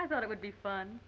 i thought it would be fun